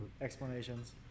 explanations